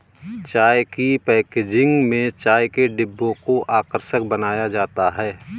चाय की पैकेजिंग में चाय के डिब्बों को आकर्षक बनाया जाता है